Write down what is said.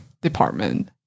department